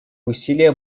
усилия